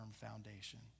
foundation